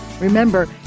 Remember